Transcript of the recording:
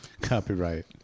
Copyright